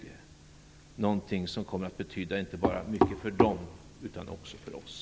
Det är någonting som kommer att betyda mycket inte bara för dem, utan också för oss.